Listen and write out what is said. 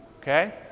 Okay